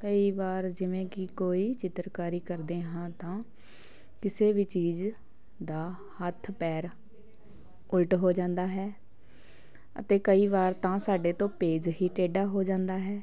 ਕਈ ਵਾਰ ਜਿਵੇਂ ਕਿ ਕੋਈ ਚਿੱਤਰਕਾਰੀ ਕਰਦੇ ਹਾਂ ਤਾਂ ਕਿਸੇ ਵੀ ਚੀਜ਼ ਦਾ ਹੱਥ ਪੈਰ ਉਲਟ ਹੋ ਜਾਂਦਾ ਹੈ ਅਤੇ ਕਈ ਵਾਰ ਤਾਂ ਸਾਡੇ ਤੋਂ ਪੇਜ ਹੀ ਟੇਢਾ ਹੋ ਜਾਂਦਾ ਹੈ